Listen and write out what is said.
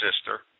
sister